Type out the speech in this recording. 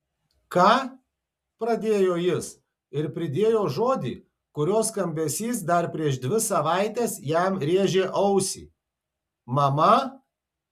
ką pradėjo jis ir pridėjo žodį kurio skambesys dar prieš dvi savaites jam rėžė ausį mama